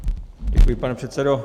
Děkuji, pane předsedo.